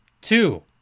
Two